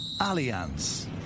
Alliance